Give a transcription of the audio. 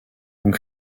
ont